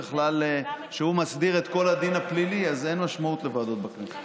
אז אין משמעות לוועדות בכנסת.